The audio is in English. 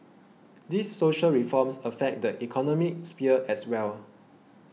these social reforms affect the economic sphere as well